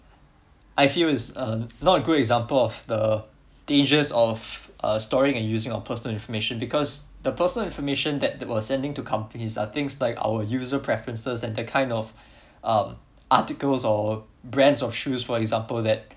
I feel is uh not a good example of the dangers of uh storing and using our personal information because the personal information that was sending to companies are things like our user preferences and the kind of um articles or brands or shoes for example that